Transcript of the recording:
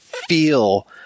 feel